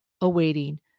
awaiting